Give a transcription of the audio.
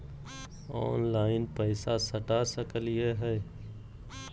Online पैसा सटा सकलिय है?